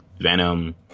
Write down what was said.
Venom